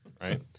right